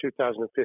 2015